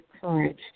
courage